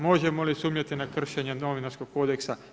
Možemo li sumnjati na kršenje novinarskog kodeksa?